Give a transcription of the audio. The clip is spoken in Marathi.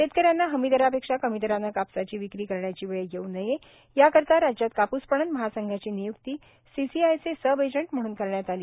शेतकऱ्यांना हमी दरापेक्षा कमी दराने कापसाची विक्री करण्यांची वेळ येव् नये याकरता राज्यात कापूस पणन महासंघाची निय्क्ती सीसीआयचे सबएजंट म्हणून करण्यांत आली